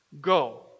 Go